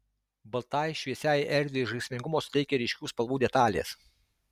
baltai šviesiai erdvei žaismingumo suteikia ryškių spalvų detalės